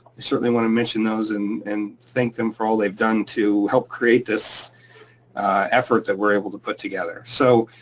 i certainly wanna mention those and and thank them for all they've done to help create this effort that we're able to put together. so